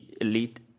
elite